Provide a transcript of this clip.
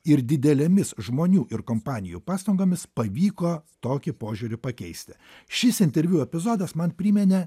ir didelėmis žmonių ir kompanijų pastangomis pavyko tokį požiūrį pakeisti šis interviu epizodas man primenė